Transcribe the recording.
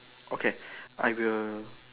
okay I will